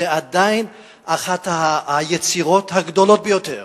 זו עדיין אחת היצירות הגדולות ביותר